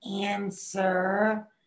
answer